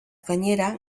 gainera